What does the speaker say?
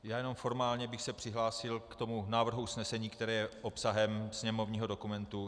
Já jenom formálně bych se přihlásil k návrhu usnesení, které je obsahem sněmovního dokumentu 6209.